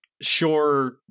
Sure